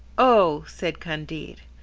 oh! said candide,